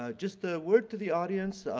ah just a word to the audience,